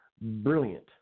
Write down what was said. Brilliant